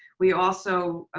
we also,